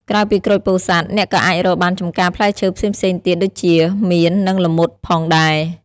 ក្រៅពីក្រូចពោធិ៍សាត់ អ្នកក៏អាចរកបានចម្ការផ្លែឈើផ្សេងៗទៀតដូចជាមៀននិងល្មុតផងដែរ។